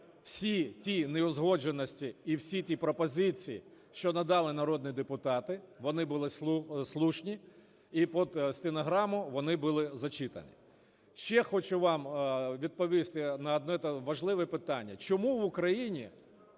всі ті неузгодженості і всі ті пропозиції, що надали народні депутати. Вони були слушні і під стенограму вони були зачитані. Ще хочу вам відповісти на одне важливе питання. Чому в Україні